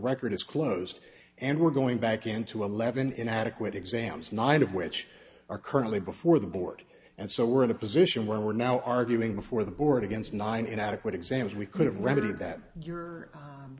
record is closed and we're going back into eleven inadequate exams nine of which are currently before the board and so we're in a position where we're now arguing before the board against nine inadequate exams we could have ren